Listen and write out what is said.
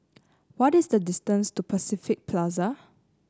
what is the distance to Pacific Plaza